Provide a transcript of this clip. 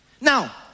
now